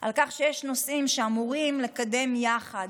על כך שיש נושאים שאמורים לקדם יחד,